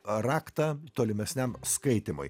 raktą tolimesniam skaitymui